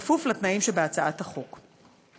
בכפוף לתנאים שבהצעת החוק.